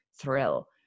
thrill